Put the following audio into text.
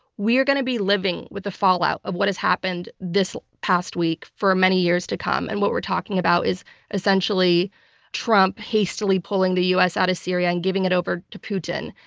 we are going to be living with the fallout of what has happened this past week for many years to come. and what we're talking about is essentially trump hastily pulling the u. s. out of syria and giving it over to putin,